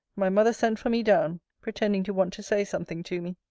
my mother sent for me down, pretending to want to say something to me.